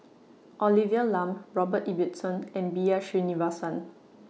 Olivia Lum Robert Ibbetson and B R Sreenivasan